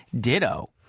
ditto